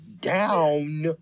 down